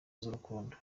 z’urukundo